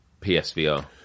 PSVR